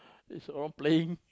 it's a playing